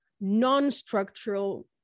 non-structural